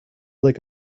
like